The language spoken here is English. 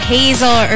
Hazel